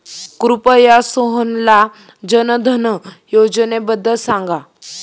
कृपया सोहनला जनधन योजनेबद्दल सांगा